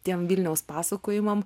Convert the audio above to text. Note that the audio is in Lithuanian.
tiem vilniaus pasakojimam